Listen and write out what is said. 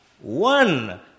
one